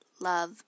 love